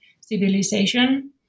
civilization